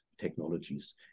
technologies